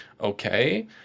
Okay